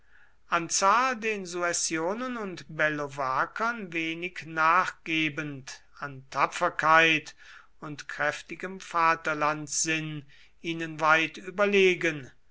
zahl den suessionen und bellovakern wenig nachgebend an tapferkeit und kräftigem vaterlandssinn ihnen weit überlegen